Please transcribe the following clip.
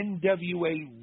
NWA